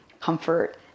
comfort